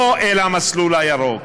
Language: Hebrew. לא אל המסלול הירוק.